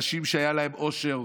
אנשים שהיה להם עושר,